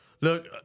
Look